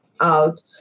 out